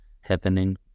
happening